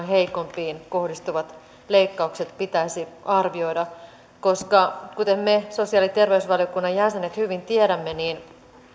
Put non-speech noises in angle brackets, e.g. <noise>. <unintelligible> heikompiin kohdistuvat leikkaukset pitäisi arvioida koska kuten me sosiaali ja terveysvaliokunnan jäsenet hyvin tiedämme